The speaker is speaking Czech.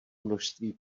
množství